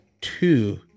two